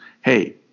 hey